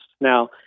Now